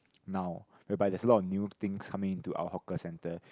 now whereby there's a lot of new things coming into our hawker centre